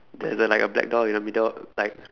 there's like a black dot in the middle like